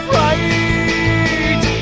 right